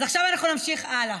אז עכשיו אנחנו נמשיך הלאה.